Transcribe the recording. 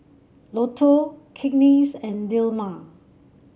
Lotto Cakenis and Dilmah